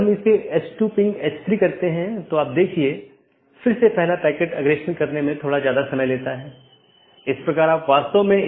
तो एक है optional transitive वैकल्पिक सकर्मक जिसका मतलब है यह वैकल्पिक है लेकिन यह पहचान नहीं सकता है लेकिन यह संचारित कर सकता है